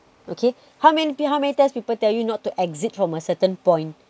okay how many how many test people tell you not to exit from a certain point